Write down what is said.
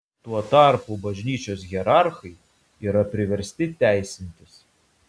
tuo tarpu bažnyčios hierarchai yra priversti teisintis